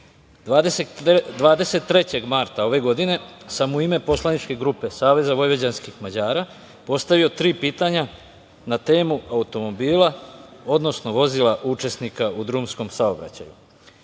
23. marta ove godine sam u ime poslaničke grupe SVM postavio tri pitanja na temu automobila, odnosno vozila učesnika u drumskom saobraćaju. Pitanja